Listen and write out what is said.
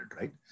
right